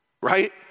Right